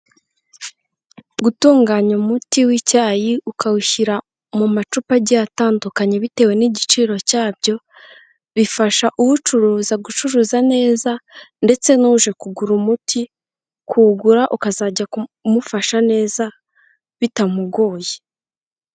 Gutunganya umuti w'icyayi, ukawushyira mu macupa agiye atandukanye bitewe n'igiciro cyabyo, bifasha uwucuruza gucuruza neza ndetse n'uje kugura umuti, kuwugura ukazajya umufasha neza bitamugoye.